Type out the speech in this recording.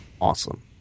awesome